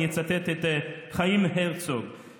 אני אצטט את חיים הרצוג,